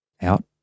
out